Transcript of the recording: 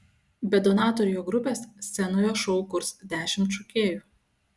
be donato ir jo grupės scenoje šou kurs dešimt šokėjų